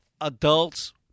adults